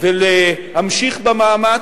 ולהמשיך במאמץ.